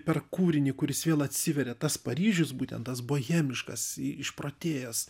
per kūrinį kuris vėl atsiveria tas paryžius būtent tas bohemiškas išprotėjęs